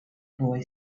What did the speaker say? boy